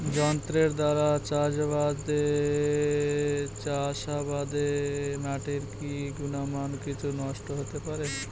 যন্ত্রের দ্বারা চাষাবাদে মাটির কি গুণমান কিছু নষ্ট হতে পারে?